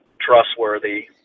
trustworthy